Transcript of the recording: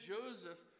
Joseph